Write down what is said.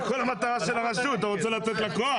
אבל זו כל המטרה של הרשות, אתה רוצה לתת לה כוח.